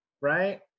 right